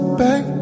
back